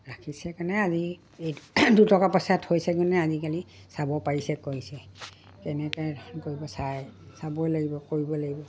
ৰাখিছে কাৰণে আজি এই দুটকা পইচাত থৈছে গুণে আজিকালি চাব পাৰিছে কৈছে কেনেকৈ কি কৰিব চাই চাবই লাগিব কৰিব লাগিব